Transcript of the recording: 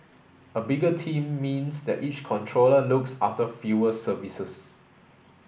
a bigger team means that each controller looks after fewer services